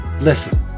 listen